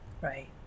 Right